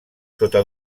sota